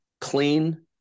clean